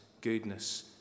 goodness